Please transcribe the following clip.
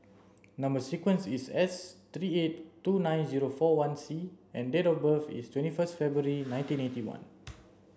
number sequence is S three eight two nine zero four one C and date of birth is twenty first February nineteen eighty one